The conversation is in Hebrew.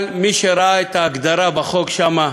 אבל מי שראה את ההגדרה בחוק שם,